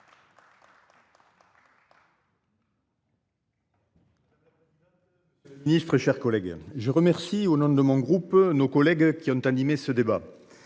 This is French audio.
monsieur le ministre, mes chers collègues, je remercie au nom de mon groupe tous les collègues ayant animé ce débat.